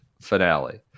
finale